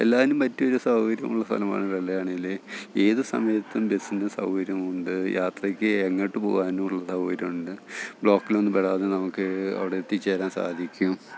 എല്ലാത്തിനും പറ്റിയൊരു സൗകര്യമുള്ള സ്ഥലമാണ് വെള്ളായണിയിൽ ഏത് സമയത്തും ബസ്സിന് സൗകര്യമുണ്ട് യാത്രയ്ക്ക് എങ്ങോട്ട് പോകാനുമുള്ള സൗകര്യമുണ്ട് ബ്ലോക്കിലൊന്നും പെടാതെ നമുക്ക് അവിടെ എത്തിച്ചേരാൻ സാധിക്കും